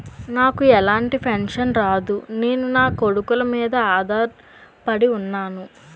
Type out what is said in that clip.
నాకు ఎలాంటి పెన్షన్ రాదు నేను నాకొడుకుల మీద ఆధార్ పడి ఉన్నాను